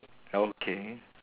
okay